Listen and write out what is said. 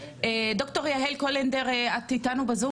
ד"ר יהל קורלנדר, את איתנו בזום?